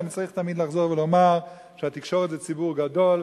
אני צריך תמיד לחזור ולומר שהתקשורת זה ציבור גדול,